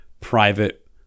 private